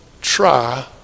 try